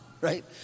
right